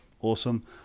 Awesome